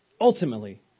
ultimately